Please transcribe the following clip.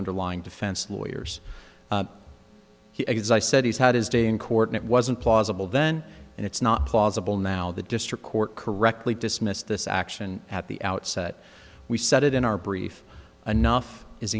underlying defense lawyers he said he's had his day in court and it wasn't plausible then and it's not plausible now the district court correctly dismissed this action at the outset we said it in our brief enough is